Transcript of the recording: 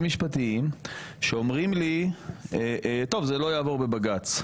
משפטיים שאומרים לי שזה לא יעבור בבג"ץ,